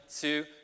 two